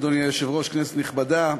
אדוני היושב-ראש, כנסת נכבדה,